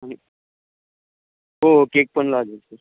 आणि हो केक पण लागेल सर